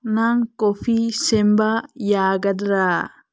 ꯅꯪ ꯀꯣꯐꯤ ꯁꯦꯝꯕ ꯌꯥꯒꯗ꯭ꯔꯥ